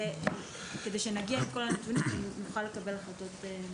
כדי שנגיע עם כל הנתונים ונוכל לקבל החלטות מושכלות.